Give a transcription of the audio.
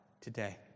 today